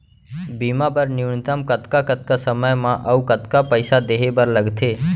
बीमा बर न्यूनतम कतका कतका समय मा अऊ कतका पइसा देहे बर लगथे